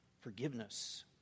forgiveness